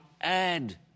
add